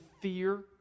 fear